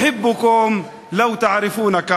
תודה.